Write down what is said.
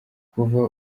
kuva